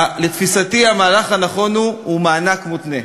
לתפיסתי, המהלך הנכון הוא מענק מותנה,